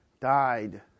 died